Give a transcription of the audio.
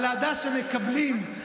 על האהדה שהם מקבלים,